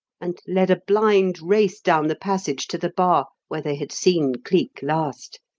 and led a blind race down the passage to the bar, where they had seen cleek last.